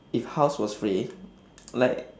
if house was free like